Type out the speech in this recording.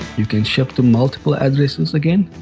you can ship to multiple addresses again,